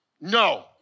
no